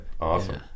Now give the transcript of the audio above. Awesome